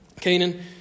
Canaan